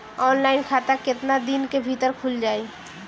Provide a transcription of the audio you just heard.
Online खाता केतना दिन के भीतर ख़ुल जाई?